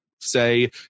say